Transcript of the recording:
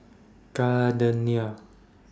Gardenia